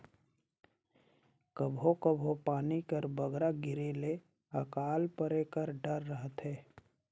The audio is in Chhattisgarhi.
कभों कभों पानी कर बगरा गिरे ले अकाल परे कर डर रहथे